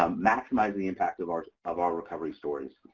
um maximizing the impact of our of our recovery stories.